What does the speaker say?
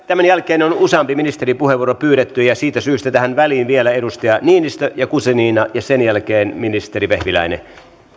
tämän jälkeen on useampi ministerin puheenvuoro pyydetty ja siitä syystä tähän väliin vielä edustajat niinistö ja guzenina ja sen jälkeen ministeri vehviläinen